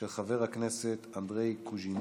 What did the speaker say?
של חבר הכנסת אנדרי קוז'ינוב,